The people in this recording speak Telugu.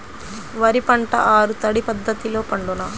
వరి పంట ఆరు తడి పద్ధతిలో పండునా?